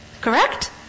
Correct